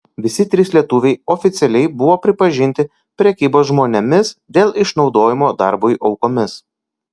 visi trys lietuviai oficialiai buvo pripažinti prekybos žmonėmis dėl išnaudojimo darbui aukomis